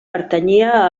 pertanyia